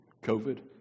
COVID